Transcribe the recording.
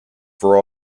for